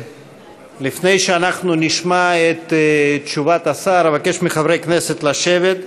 לפני שנשמע את תשובת השר, אבקש מחברי הכנסת לשבת.